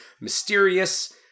mysterious